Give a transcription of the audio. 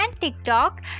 TikTok